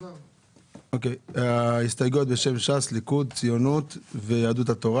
ובחוק אתם רוצים למחוק דווקא את העניין הזה של כיהודים על פי ההלכה,